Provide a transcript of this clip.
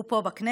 הוא פה בכנסת,